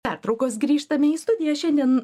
pertraukos grįžtame į studiją šiandien